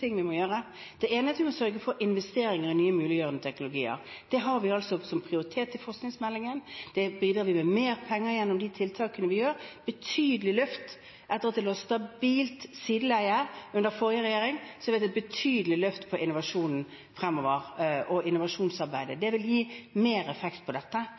vi må gjøre. Det ene er at vi må sørge for investeringer i nye muliggjørende teknologier. Det har vi som prioritet i forskningsmeldingen, det bidrar vi til ved mer penger til de tiltakene vi gjør. Etter at det lå i stabilt sideleie under den forrige regjeringen, har vi hatt et betydelig løft på innovasjon fremover og på innovasjonsarbeidet. Det vil gi mer effekt på dette.